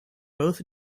both